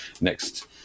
next